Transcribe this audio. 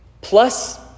plus